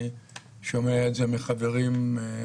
אני גם שומע את זה מחברים אחרים,